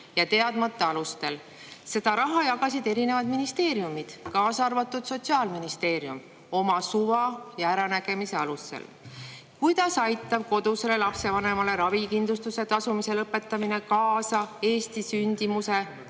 ja teadmata alustel. Seda raha jagasid eri ministeeriumid, kaasa arvatud Sotsiaalministeerium, oma suva ja äranägemise alusel. Kuidas aitab kodusele lapsevanemale ravikindlustuse eest tasumise lõpetamine kaasa Eesti sündimuse